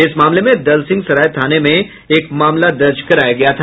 इस मामले में दलसिंहसराय थाना में एक मामला दर्ज कराया गया था